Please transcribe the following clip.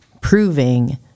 proving